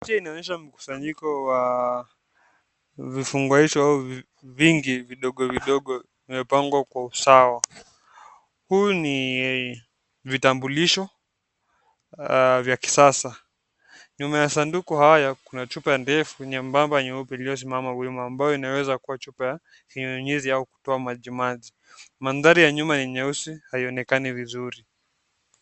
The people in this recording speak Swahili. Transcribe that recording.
Picha hii inaonyesha mkusanyiko wa vifungashio au vingi vidogo vidogo vimepangwa kwa usawa. Huu ni vitambulisho vya kisasa. Nyuma ya sanduku haya kuna chupa ndefu nyembamba nyeupe iliyosimama wima ambayo inaweza kuwa chupa ya kinyunyizi au kutoa maji maji. Mandhari ya nyuma ni nyeusi haionekani vizuri.